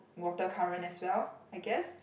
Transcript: water current as well I guess